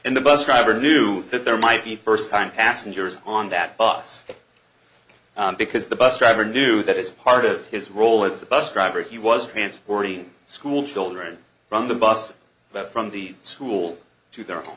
and the bus driver knew that there might be first time passengers on that bus because the bus driver knew that as part of his role as the bus driver he was transporting school children from the bus from the school to their home